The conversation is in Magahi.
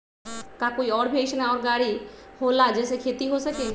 का कोई और भी अइसन और गाड़ी होला जे से खेती हो सके?